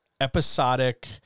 episodic